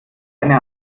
eine